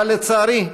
אבל לצערי,